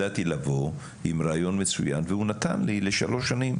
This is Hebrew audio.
ידעתי לבוא עם רעיון מצוין והוא נתן לי לשלוש שנים.